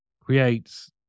creates